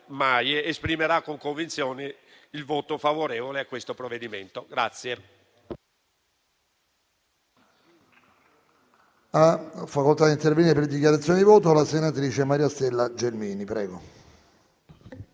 esprimerà con convinzione il voto favorevole a questo provvedimento.